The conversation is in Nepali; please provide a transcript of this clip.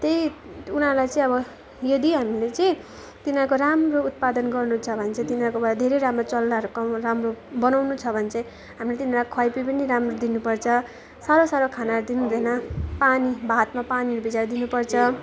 त्यही उनीहरूलाई चाहिँ अब यदि हामीले चाहिँ तिनीहरूको राम्रो उत्पादन गर्नु छ भने चाहिँ तिनीहरूकोबाट धेरै राम्रो चल्लाहरू राम्रो बनाउनु छ भने चाहिँ हामीले तिनीहरूलाई खुवाइपिई पनि राम्रो दिनुपर्छ साह्रो साह्रो खानाहरू दिनु हुँदैन पानी भातमा पानीहरू भिजाएर दिनुपर्छ